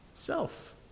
Self